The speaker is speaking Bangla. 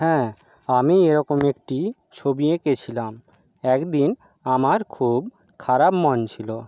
হ্যাঁ আমি এরকম একটি ছবি এঁকেছিলাম একদিন আমার খুব খারাপ মন ছিল